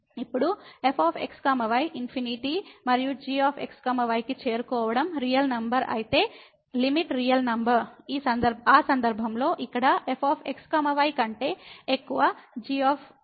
ఇప్పుడు f x y infinity మరియు g x y కి చేరుకోవడం రియల్ నంబర్ అయితే లిమిట్ రియల్ నంబర్ ఆ సందర్భంలో ఇక్కడ f x y కంటే ఎక్కువ g x y